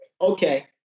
Okay